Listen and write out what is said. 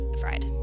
Fried